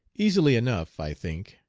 easily enough, i think.